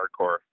hardcore